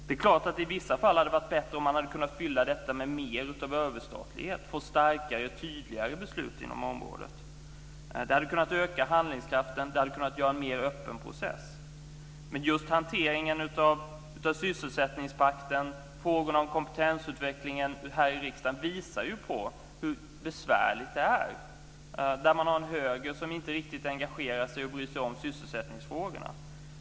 Det är klart att det i vissa fall hade varit bättre om man hade kunna fylla detta med mer av överstatlighet och fått starkare och tydligare beslut inom området. Det hade kunnat öka handlingskraften och åstadkomma en mer öppen process. Men just hanteringen av sysselsättningspakten och frågorna om kompetensutvecklingen här i riksdagen visar ju hur besvärligt det är. Det finns en höger som inte riktigt engagerar sig och bryr sig om sysselsättningsfrågorna.